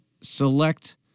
select